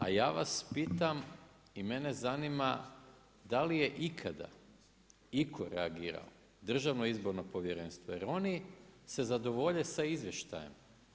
A ja vas pitam i mene zanima da li je ikada itko reagirao Državno izborno povjerenstvo, jer oni se zadovolje sa izvještajem.